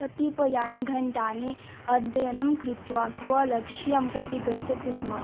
कतिपयानि घण्टानि अध्ययनं कृत्वा स्वलक्ष्यं प्रति गच्छति स्म